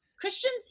Christians